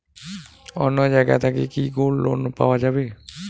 অন্য জায়গা থাকি কি গোল্ড লোন পাওয়া যাবে?